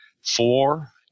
Four